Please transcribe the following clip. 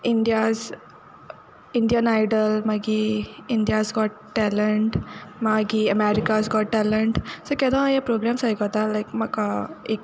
India's Indian Idol मागीर India's Got Talent मागीर America's Got Talent so केदोना हें प्रोग्राम्स आयकोता लायक म्हाका एक